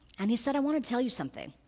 and he said, i want to tell you something.